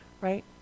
right